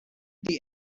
the